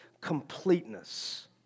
completeness